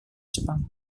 jepang